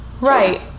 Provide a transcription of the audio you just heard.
Right